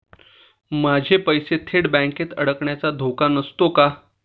माझे पैसे थेट बँकेत अडकण्याचा धोका नसतो का?